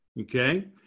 Okay